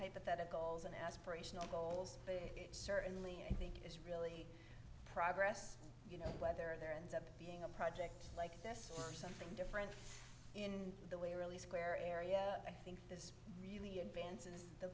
hypotheticals an aspirational goals but it certainly is it's really progress you know whether there ends up being a project like this or something different in the way really square area i think really advances the